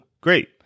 great